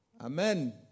Amen